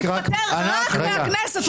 הוא התפטר רק מהכנסת.